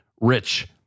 rich